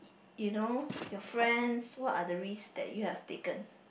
you know your friends what are the risks that you have taken